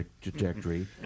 trajectory